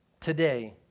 today